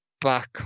back